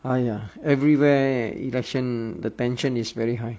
!haiya! everywhere election the tension is very high